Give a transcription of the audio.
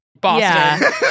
Boston